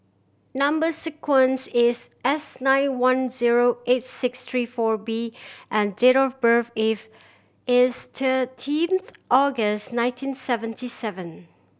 number sequence is S nine one zero eight six three four B and date of birth is thirteen August nineteen seventy seven